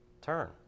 Turn